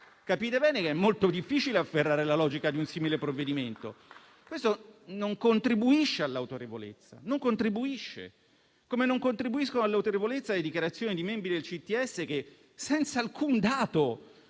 Capite bene che è molto difficile afferrare la logica di un simile provvedimento. Ciò non contribuisce all'autorevolezza. Allo stesso modo, non contribuiscono all'autorevolezza le dichiarazioni di membri del Comitato